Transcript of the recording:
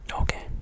Okay